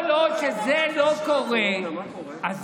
אבל 12 שנה לא העליתם את ההצעה הזאת.